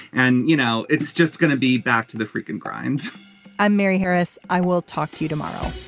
and you know it's just gonna be back to the freakin grind i'm mary harris. i will talk to you tomorrow